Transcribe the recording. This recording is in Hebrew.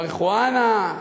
מריחואנה?